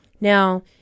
Now